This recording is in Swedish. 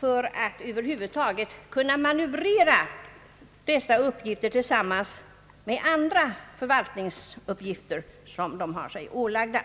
för att över huvud taget kunna manövrera dessa uppgifter tillsammans med andra förvaltningsuppgifter, som de har sig ålagda.